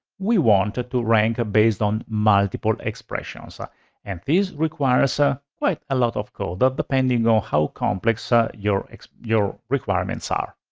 we want ah to rank based on multiple expressions ah and this requires a quite a lot of code ah depending on how complex ah your your requirements are.